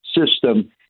system